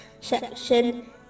section